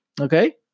Okay